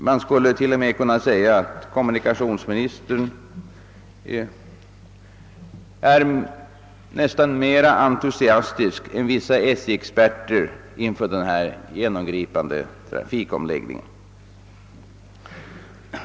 Man skulle t.o.m. kunna säga att kommurnikationsministern förefaller mer entusiastisk än vissa SJ-experter inför denna genomgripande trafikomläggning.